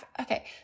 okay